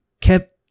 kept